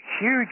huge